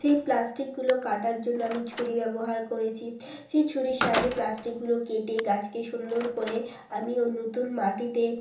সেই প্লাস্টিকগুলো কাটার জন্য আমি ছুরি ব্যবহার করেছি সেই ছুরির সাহায্যে প্লাস্টিকগুলো কেটে গাছকে সুন্দর করে আমি ওই নতুন মাটিতে